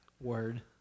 Word